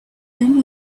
them